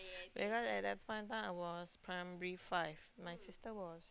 because at that point of time I was primary five my sister was